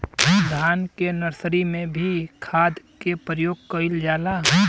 धान के नर्सरी में भी खाद के प्रयोग कइल जाला?